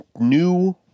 new